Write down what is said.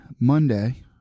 Monday